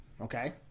Okay